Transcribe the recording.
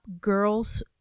girls